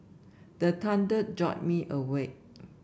the thunder jolt me awake